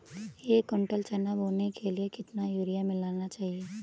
एक कुंटल चना बोने के लिए कितना यूरिया मिलाना चाहिये?